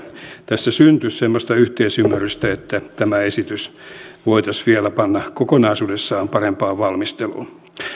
tässä syntyisi semmoista yhteisymmärrystä että tämä esitys voitaisiin vielä panna kokonaisuudessaan parempaan valmisteluun